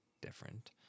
different